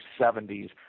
70s